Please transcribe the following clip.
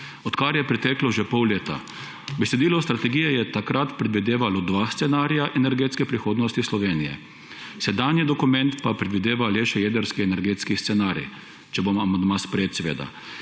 »odkar je preteklo že pol leta. Besedilo strategije je takrat predvidevalo dva scenarija energetske prihodnosti Slovenije, sedanji dokument pa predvideva le še jedrski energetski scenarij.« Če bo amandma sprejet, seveda.